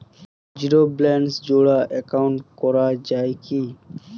Zero ব্যালেন্সে joint account করা য়ায় কি?